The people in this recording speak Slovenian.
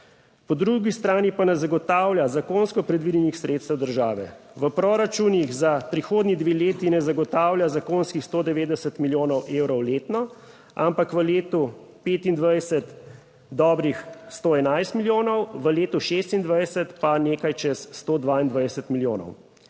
Po drugi strani pa ne zagotavlja zakonsko predvidenih sredstev države; v proračunih za prihodnji dve leti, ne zagotavlja zakonskih 190 milijonov evrov letno, ampak v letu 2025 dobrih 111 milijonov, v letu 2026 pa nekaj čez 122 milijonov.